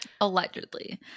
Allegedly